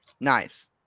Nice